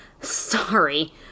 Sorry